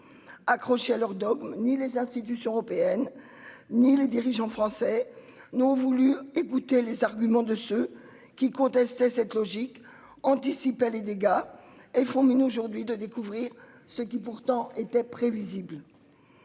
Accrochés à leurs dogmes ni les institutions européennes, ni les dirigeants français nous ont voulu écouter les arguments de ceux qui contestaient cette logique anticipait les dégâts et font mine aujourd'hui de découvrir ce qui pourtant était prévisible.